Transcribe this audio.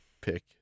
Pick